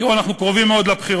תראו, אנחנו קרובים מאוד לבחירות,